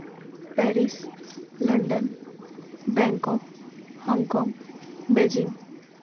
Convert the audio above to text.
Paris London Bangkok Hong Kong Beijing